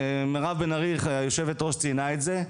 מירב בן ארי היושבת-ראש ציינה את זה,